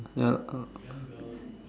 yeah uh